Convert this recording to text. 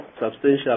substantial